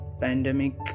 pandemic